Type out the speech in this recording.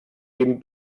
dem